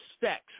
sex